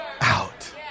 out